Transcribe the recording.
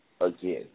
again